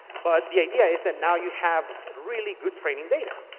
but the idea is that now you have really good training data.